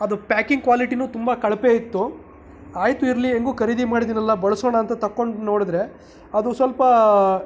ಅದು ಪ್ಯಾಕಿಂಗ್ ಕ್ವಾಲಿಟಿನೂ ತುಂಬ ಕಳಪೆ ಇತ್ತು ಆಯಿತು ಇರಲಿ ಹೇಗೂ ಖರೀದಿ ಮಾಡಿದ್ದೀನಲ್ಲ ಬಳಸೋಣ ಅಂತ ತಕ್ಕೊಂಡು ನೋಡಿದ್ರೆ ಅದು ಸ್ವಲ್ಪ